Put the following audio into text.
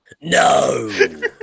No